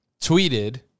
tweeted